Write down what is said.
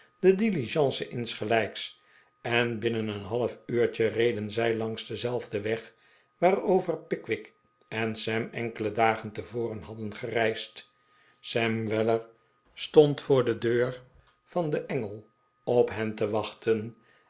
de diligence insgelijks en binnen een half uur reden zij langs denzelfden weg waarover pickwick en sam enkele dagen tevoren hadden gereisd sam weller stond voor de deur van de engel op hen te wachten